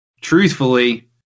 truthfully